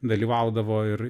dalyvaudavo ir